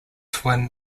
twin